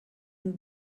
and